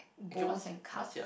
bowls and cup